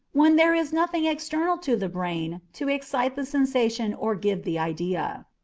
when there is nothing external to the brain to excite the sensation or give the idea.